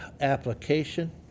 application